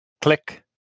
Click